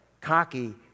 cocky